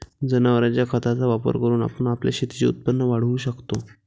जनावरांच्या खताचा वापर करून आपण आपल्या शेतीचे उत्पन्न वाढवू शकतो